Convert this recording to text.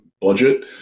budget